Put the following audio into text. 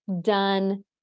done